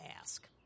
ask